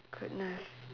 goodness